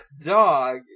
dog